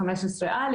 סעיף 15א',